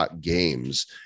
Games